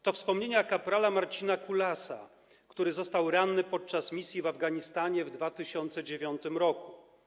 To wspomnienia kpr. Marcina Kulasa, który został ranny podczas misji w Afganistanie w 2009 r.